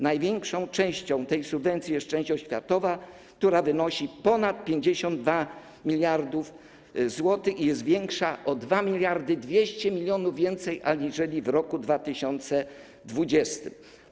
Największą częścią tej subwencji jest część oświatowa, która wynosi ponad 52 mld zł i jest większa o 2200 mln zł aniżeli w roku 2020.